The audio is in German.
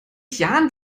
jahren